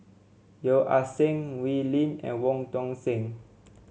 Yeo Ah Seng Wee Lin and Wong Tuang Seng